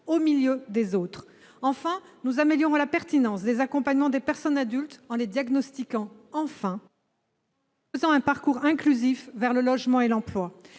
au milieu des autres. Enfin, nous améliorons la pertinence des accompagnements des personnes adultes en les diagnostiquant, ainsi qu'en prévoyant un parcours inclusif vers le logement et l'emploi.